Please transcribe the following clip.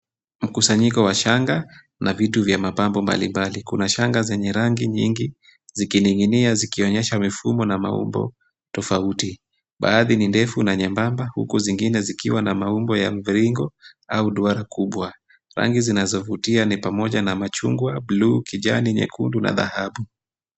Mkusanyiko wa shanga na vitu vya mapambo mbalimbali. Kuna shanga zenye rangi nyingi zikining'inia zikionyesha mifumo na maumbo tofauti. Baadhi ni ndefu na nyembamba, huku zingine zikiwa na maumbo ya mviringo au duara kubwa. Rangi zinazovutia ni pamoja na machungwa, bluu, kijani, nyekundu na dhahabu.